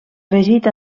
regit